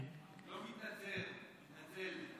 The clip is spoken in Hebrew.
לא מתנצר, מתנצל.